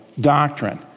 doctrine